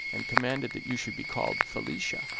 and commanded that you should be called felicia,